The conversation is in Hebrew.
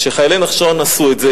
כשחיילי "נחשון" עשו את זה,